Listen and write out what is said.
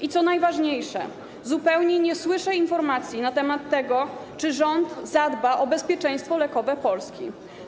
I co najważniejsze, zupełnie nie słyszę informacji na temat tego, czy rząd zadba o bezpieczeństwo lekowe Polski.